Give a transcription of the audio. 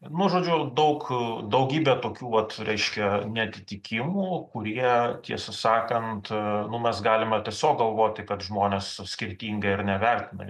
nu žodžiu daug daugybė tokių vat reiškia neatitikimų kurie tiesą sakant nu mes galime tiesiog galvoti kad žmonės skirtingai ar ne vertina